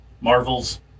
Marvel's